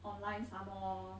online somemore